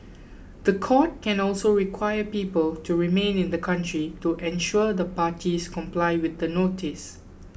the court can also require people to remain in the country to ensure the parties comply with the notice